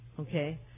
Okay